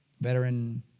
Veteran